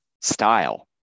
style